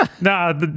Nah